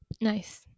Nice